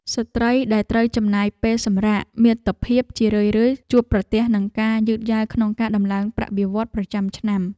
ស្ត្រីដែលត្រូវចំណាយពេលសម្រាកមាតុភាពជារឿយៗជួបប្រទះនឹងការយឺតយ៉ាវក្នុងការតម្លើងប្រាក់បៀវត្សរ៍ប្រចាំឆ្នាំ។